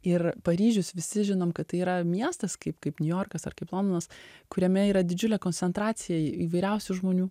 ir paryžius visi žinom kad tai yra miestas kaip kaip niujorkas ar kaip londonas kuriame yra didžiulė koncentracija įvairiausių žmonių